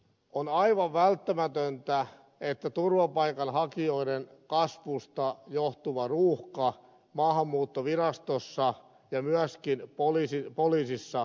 on aivan välttämätöntä että turvapaikanhakijoiden kasvusta johtuva ruuhka maahanmuuttovirastossa ja myöskin poliisissa saadaan purettua